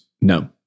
No